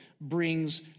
brings